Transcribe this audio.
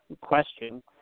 question